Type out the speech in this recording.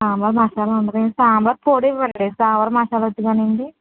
సాంబార్ మసాలా ఉంది కానీ సాంబార్ పొడి ఇవ్వండి సాంబార్ మసాలా వద్దు కానీ అండి